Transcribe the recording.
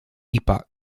epoch